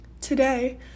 Today